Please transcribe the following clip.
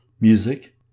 music